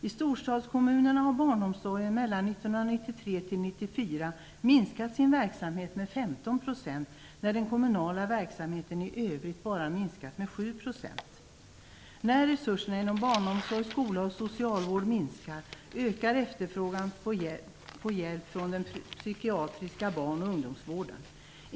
I storstadskommunerna har barnomsorgen minskat sin verksamhet med 15 % mellan 1993 och 1994, medan den kommunala verksamheten i övrigt bara har minskat med 7 %. När resurserna inom barnomsorg, skola och socialvård minskar ökar efterfrågan på hjälp från den psykiatriska barn och ungdomsvården.